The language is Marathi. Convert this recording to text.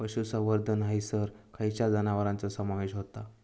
पशुसंवर्धन हैसर खैयच्या जनावरांचो समावेश व्हता?